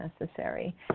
necessary